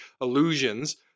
illusions